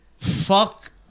Fuck